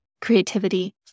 creativity